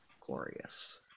glorious